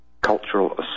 Cultural